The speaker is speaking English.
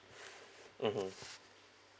mmhmm